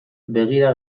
begira